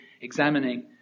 examining